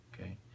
Okay